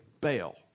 bail